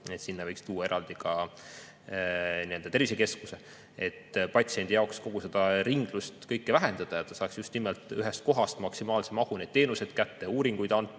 et sinna võiks eraldi tuua tervisekeskuse, et patsiendi jaoks kogu seda ringlust, kõike vähendada, et ta saaks just nimelt ühest kohast maksimaalse mahu neid teenuseid kätte, uuringud tehtud,